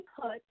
put